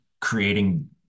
creating